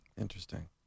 Interesting